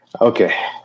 okay